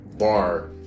bar